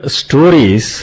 stories